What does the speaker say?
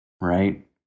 right